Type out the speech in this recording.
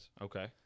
Okay